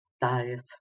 diet